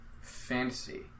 fantasy